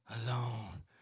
Alone